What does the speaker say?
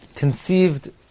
Conceived